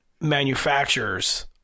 manufacturers